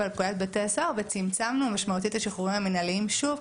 לפקודת בתי הסוהר וצמצמנו משמעותית את השחרורים המנהליים שוב,